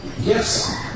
yes